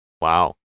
Wow